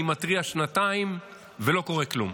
אני מתריע שנתיים, ולא קורה כלום.